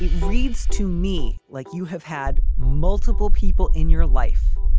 reads to me like you have had multiple people in your life,